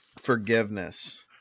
forgiveness